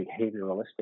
behavioralistic